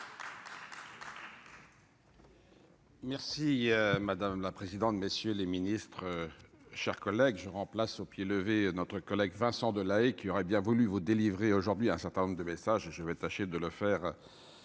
Merci madame la présidente, messieurs les Ministres, chers collègues, je remplace au pied levé notre collègue Vincent Delahaye, qui aurait bien voulu vous délivrer aujourd'hui un certain nombre de messages, je vais tâcher de le faire